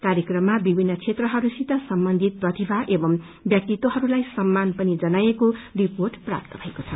कार्यक्रममा विभिन्न क्षेत्रहरूसित सम्बन्धित प्रतिभा एव व्यक्तित्वहरूसाई सम्मान पनि जनाईएको रिर्पोट प्राप्त भएको छ